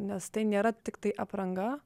nes tai nėra tiktai apranga